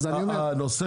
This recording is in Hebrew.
אבל אתם לא נותנים